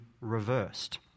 reversed